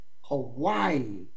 Hawaii